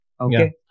Okay